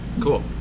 Cool